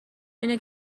اینه